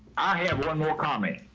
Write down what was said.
i have one more comment.